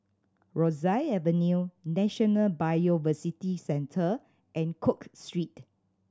Rosyth Avenue National Biodiversity Centre and Cook Street